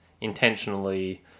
intentionally